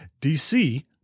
DC